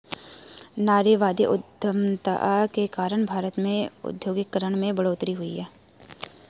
नारीवादी उधमिता के कारण भारत में औद्योगिकरण में बढ़ोतरी हुई